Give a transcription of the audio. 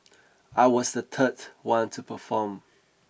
I was the third one to perform